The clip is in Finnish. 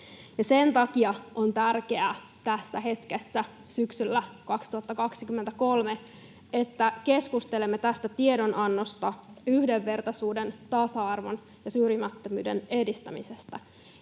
sen takia on tärkeää tässä hetkessä, syksyllä 2023, että keskustelemme tästä tiedonannosta yhdenvertaisuuden, tasa-arvon ja syrjimättömyyden edistämisestä